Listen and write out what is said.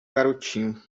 garotinho